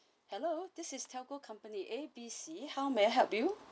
hello this is telco company A B C how may I help you